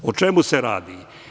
O čemu se radi?